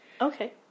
Okay